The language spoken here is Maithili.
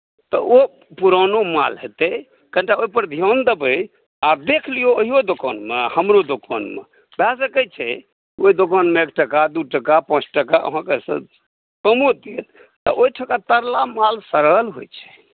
तऽ ओ पुरानो माल हेतै कनिटा ओहिपर ध्यान देबै आब देख लियौ ओहो दोकानमे आ हमरो दोकानमे भए सकैत छै ओहि दोकानमे एक टका दू टका पाँच टका अहाँके कमो दिए तऽ ओहिठमका तरला माल सड़ल होइत छै